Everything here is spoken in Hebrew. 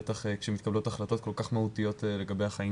בטח כשמתקבלות החלטות כל כך מהותיות לגבי החיים